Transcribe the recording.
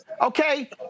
okay